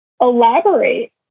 elaborate